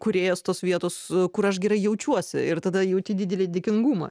kūrėjas tos vietos kur aš gerai jaučiuosi ir tada jauti didelį dėkingumą